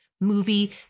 movie